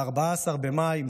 ב-14 במאי,